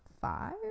five